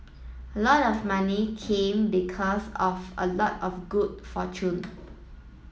a lot of money came because of a lot of good fortune